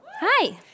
Hi